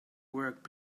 work